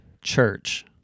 church